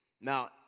Now